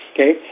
okay